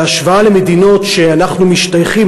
בהשוואה למדינות שאנחנו משתייכים,